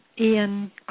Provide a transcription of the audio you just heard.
Ian